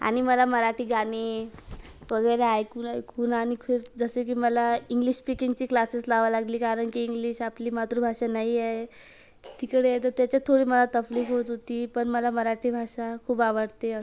आणि मला मराठी गाणी वगैरे ऐकून ऐकून आणि जसे की मला इंग्लिश स्पीकिंगचे क्लासेस लावाय लागले कारण की इंग्लिश आपली मातृभाषा नाही आहे तिकडे तर त्याच्यात थोडी मला तकलीफ होती पण मला मराठी भाषा खूप आवडते